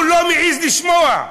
הוא לא מעז לשמוע.